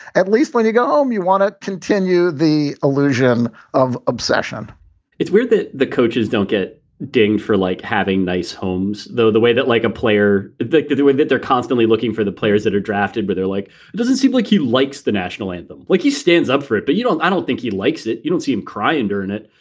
at least when you go home, you want to continue the illusion of obsession it's weird that the coaches don't get dinged for like having nice homes, though, the way that like a player addicted doing that. they're constantly looking for the players that are drafted, but they're like it doesn't seem like he likes the national anthem, like he stands up for it. but you don't i don't think he likes it. you don't see him cry and earn it.